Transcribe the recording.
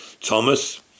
Thomas